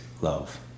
love